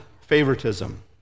favoritism